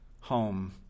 home